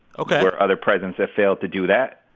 ok. where other presidents have failed to do that.